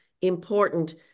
important